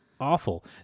Awful